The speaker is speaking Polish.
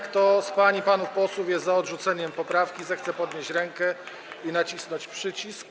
Kto z pań i panów posłów jest za odrzuceniem poprawki, zechce podnieść rękę i nacisnąć przycisk.